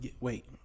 Wait